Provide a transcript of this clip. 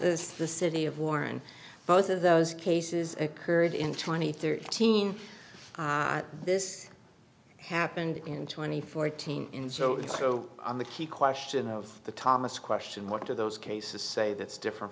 as the city of war and both of those cases occurred in twenty thirteen this happened in twenty fourteen in so ho on the key question of the thomas question what are those cases say that's different